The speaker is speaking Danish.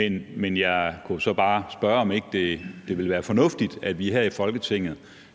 lidt siden. Men jeg kunne så bare spørge, om ikke det ville være fornuftigt, at vi her i Folketinget